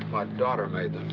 my daughter made them.